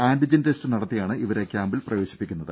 antigen test നടത്തിയാണ് ഇവരെ ക്യാമ്പിൽ പ്രവേശിപ്പിക്കുന്നത്